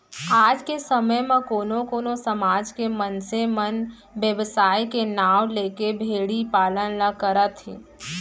आज के समे म कोनो कोनो समाज के मनसे मन बेवसाय के नांव लेके भेड़ी पालन ल करत हें